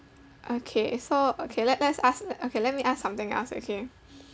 okay so okay le~ let's ask okay let me ask something else okay